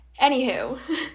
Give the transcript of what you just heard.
Anywho